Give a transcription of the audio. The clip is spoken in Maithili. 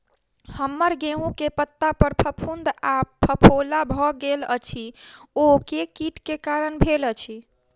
हम्मर गेंहूँ केँ पत्ता पर फफूंद आ फफोला भऽ गेल अछि, ओ केँ कीट केँ कारण भेल अछि?